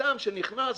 האדם שנכנס וקונה,